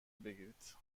بگیرید